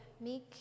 meek